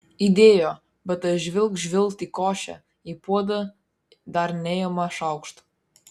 įdėjo bet tas žvilgt žvilgt į košę į puodą dar neima šaukšto